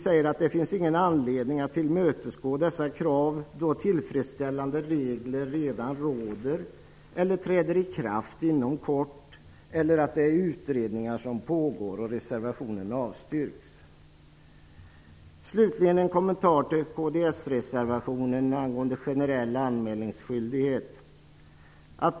Det finns ingen anledning att tillmötesgå dessa krav då tillfredsställande regler redan råder eller träder kraft inom kort och då utredningar pågår. Reservationen avstyrks. Slutligen vill jag göra en kommentar till kdsreservationen angående generell anmälningsskyldighet.